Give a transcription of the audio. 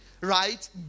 right